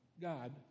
God